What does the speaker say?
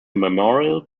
memorial